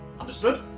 Understood